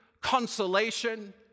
consolation